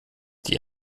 die